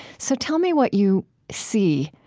so tell me what you see,